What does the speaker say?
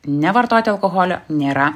nevartoti alkoholio nėra